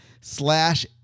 slash